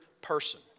person